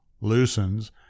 loosens